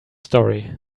story